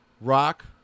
rock